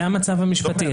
זה המצב המשפטי.